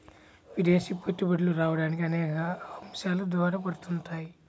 విదేశీ పెట్టుబడులు రావడానికి అనేక అంశాలు దోహదపడుతుంటాయి